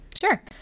Sure